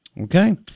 Okay